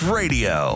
radio